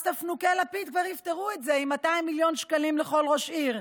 אז תפנוקי לפיד כבר יפתרו את זה עם 200 מיליון שקלים לכל ראש עיר,